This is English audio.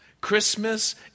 Christmas